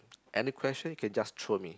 any question can just throw me